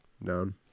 None